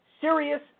Serious